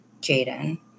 Jaden